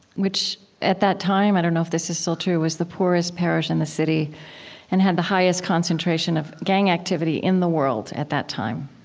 which, at that time i don't know if this is still true was the poorest parish in the city and had the highest concentration of gang activity in the world, at that time.